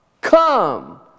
come